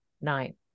Nine